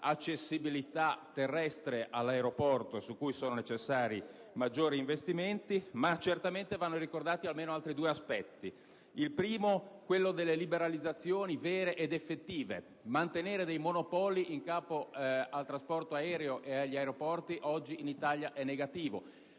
dell'accessibilità terrestre all'aeroporto, su cui sono necessari maggiori investimenti. Tuttavia, certamente vanno ricordati altri aspetti; il primo è quello delle liberalizzazioni vere ed effettive: mantenere monopoli in capo al trasporto aereo e agli aeroporti oggi in Italia ha